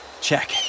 Check